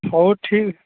ହଉ ଠିକ